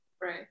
Right